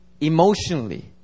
emotionally